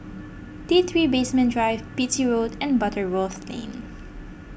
T three Basement Drive Beatty Road and Butterworth Lane